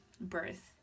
birth